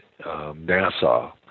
NASA